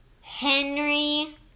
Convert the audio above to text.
Henry